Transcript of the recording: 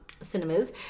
cinemas